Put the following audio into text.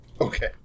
Okay